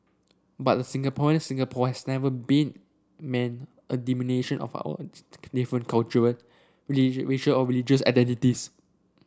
but a Singaporean Singapore has never been meant a diminution of our different cultural racial or religious identities